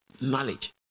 knowledge